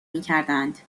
میکردند